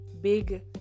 big